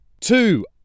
Two